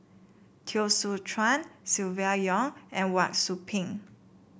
Teo Soon Chuan Silvia Yong and Wang Sui Pink